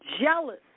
jealous